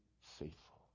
faithful